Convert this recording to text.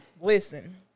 Listen